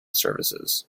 services